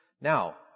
Now